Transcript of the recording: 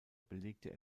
belegte